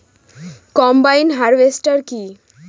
Combine harvester কি?